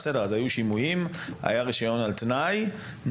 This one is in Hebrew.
היו שימועים והיה רישיון על תנאי,